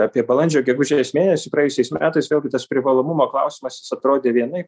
apie balandžio gegužės mėnesį praėjusiais metais vėlgi tas privalomumo klausimas jis atrodė vienaip